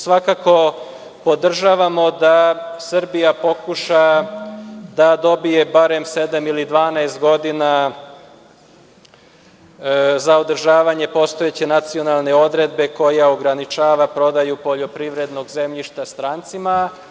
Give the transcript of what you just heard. Svakako podržavamo da Srbija pokuša da dobije barem sedam ili 12 godina za održavanje postojeće nacionalne odredbe koja ograničava prodaju poljoprivrednog zemljišta strancima.